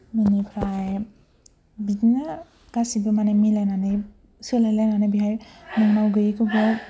बेनिफ्राय बिदिनो गासैबो माने मिलायनानै सोलायलायनानै बेहाय नोंनाव गैयिखौ बेयाव